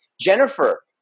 Jennifer